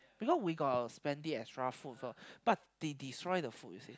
because we got plenty extra food for but they destroy the food you see